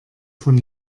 von